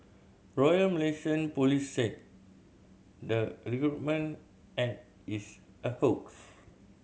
Royal Malaysian Police said the recruitment ad is a hoax